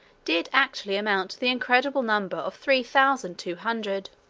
did actually amount the incredible number of three thousand two hundred.